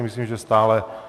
Myslím si, že stále...